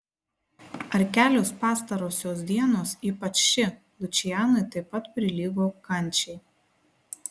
ar kelios pastarosios dienos ypač ši lučianui taip pat prilygo kančiai